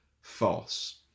false